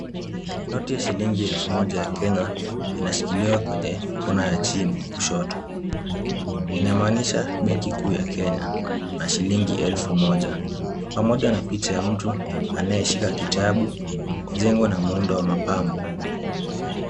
Noti ya shilingi elfu moja ya Kenya inashikiliwa kwenye kona ya chini kushoto inamaanisha benki kuu ya Kenya na shilingi elfu moja pamoja na picha ya mtu anayeshika kitabu, jengo na muundo wa mapambo.